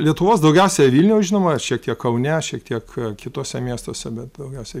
lietuvos daugiausiai vilniaus žinoma šiek tiek kaune šiek tiek kituose miestuose bet daugiausiai